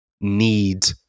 need